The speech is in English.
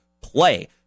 play